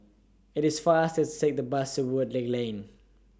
IT IS faster to Take The Bus to Woodleigh Lane